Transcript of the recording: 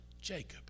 Jacob